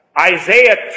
Isaiah